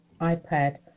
iPad